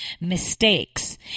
Mistakes